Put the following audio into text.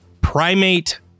primate